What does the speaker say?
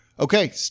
Okay